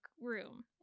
Room